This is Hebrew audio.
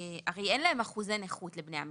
הרי אין להם אחוזי נכות לבן המשפחה.